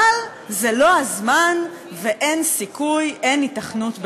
אבל זה לא הזמן ואין סיכוי, אין היתכנות בקרוב?